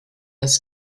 das